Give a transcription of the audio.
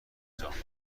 جامعتر